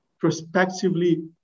prospectively